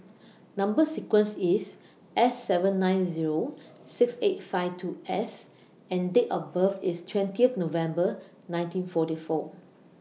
Number sequence IS S seven nine Zero six eight five two S and Date of birth IS twentieth November nineteen forty four